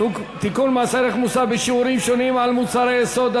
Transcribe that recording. מס ערך מוסף בשיעורים שונים על מוצרי יסוד),